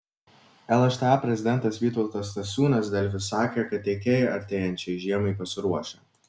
lšta prezidentas vytautas stasiūnas delfi sakė kad tiekėjai artėjančiai žiemai pasiruošę